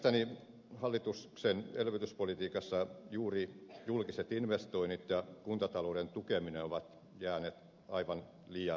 mielestäni hallituksen elvytyspolitiikassa juuri julkiset investoinnit ja kuntatalouden tukeminen ovat jääneet aivan liian vähälle